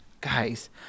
guys